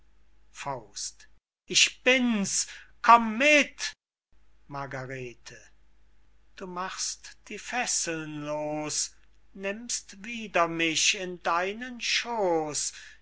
gewiß ich bin's komm mit margarete du machst die fesseln los nimmst wieder mich in deinen schoos